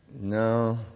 No